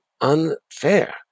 unfair